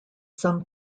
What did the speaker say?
some